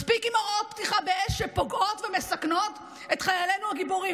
מספיק עם הוראות פתיחה באש שפוגעות ומסכנות את חיילינו הגיבורים.